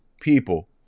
people